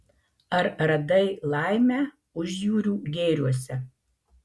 ar radai laimę užjūrių gėriuose